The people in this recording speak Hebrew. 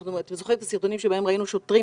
אתם זוכרים את הסרטונים שבהם ראינו שוטרים